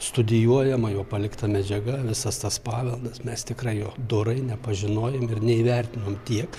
studijuojama jo palikta medžiaga visas tas paveldas mes tikrai jo dorai nepažinojom ir neįvertinom tiek